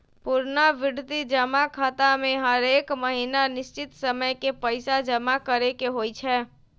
पुरनावृति जमा खता में हरेक महीन्ना निश्चित समय के पइसा जमा करेके होइ छै